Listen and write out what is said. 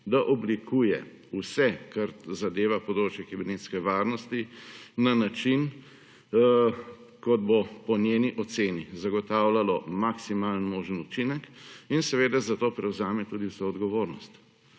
da oblikuje vse kar zadeva področje kibernetske varnosti na način, kot bo po njeni oceni zagotavljalo maksimalen možen učinek in seveda zato prevzame tudi vso odgovornost.